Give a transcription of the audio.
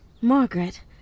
Margaret